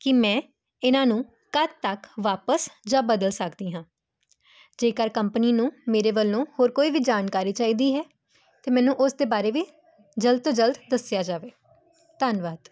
ਕਿ ਮੈਂ ਇਹਨਾਂ ਨੂੰ ਕਦ ਤੱਕ ਵਾਪਸ ਜਾਂ ਬਦਲ ਸਕਦੀ ਹਾਂ ਜੇਕਰ ਕੰਪਨੀ ਨੂੰ ਮੇਰੇ ਵੱਲੋਂ ਹੋਰ ਕੋਈ ਵੀ ਜਾਣਕਾਰੀ ਚਾਹੀਦੀ ਹੈ ਤਾਂ ਮੈਨੂੰ ਉਸ ਦੇ ਬਾਰੇ ਵੀ ਜਲਦ ਤੋਂ ਜਲਦ ਦੱਸਿਆ ਜਾਵੇ ਧੰਨਵਾਦ